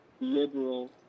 liberal